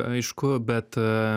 aišku bet